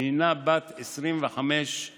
שהינה בת 25 שעות,